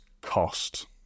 cost